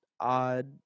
odd